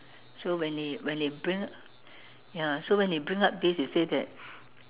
so when he when he bring ya so when he bring up this he say that